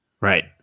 right